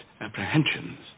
apprehensions